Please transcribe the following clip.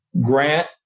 Grant